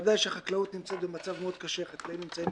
בוודאי שהחקלאות נמצאת במצב מאוד קשה,